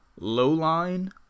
Lowline